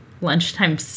lunchtime